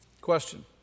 Question